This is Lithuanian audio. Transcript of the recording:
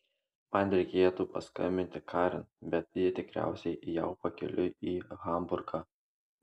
man reikėtų paskambinti karin bet ji tikriausiai jau pakeliui į hamburgą